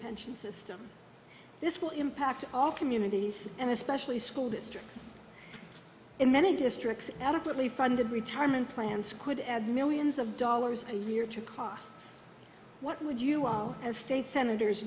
pension system this will impact all communities and especially school districts in many districts adequately funded retirement plans could add millions of dollars a year to costs what would you as state senators